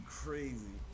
crazy